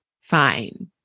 fine